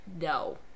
No